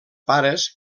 pares